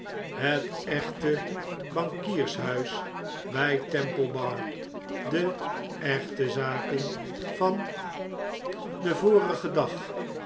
het echte bankiershuis by temple bar de echte zaken van den vorigen dag